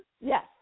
Yes